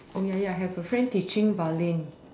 oh ya ya I have a friend teaching violin